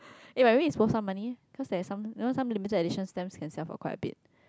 eh but maybe it's worth some money cause there is some you know some limited edition stamps can sell for quite a bit